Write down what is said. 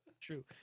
True